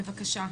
בבקשה.